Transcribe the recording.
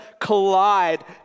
collide